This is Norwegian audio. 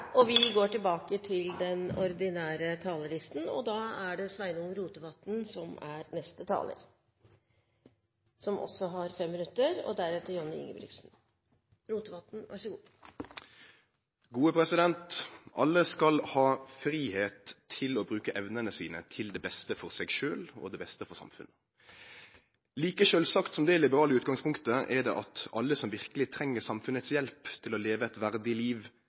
til. Replikkordskiftet er omme. Alle skal ha fridom til å bruke evnene sine til det beste for seg sjølve og til det beste for samfunnet. Like sjølvsagt som det liberale utgangspunktet er det at alle som verkeleg treng samfunnets hjelp til å leve eit verdig liv,